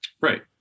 right